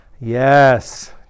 Yes